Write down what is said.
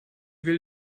will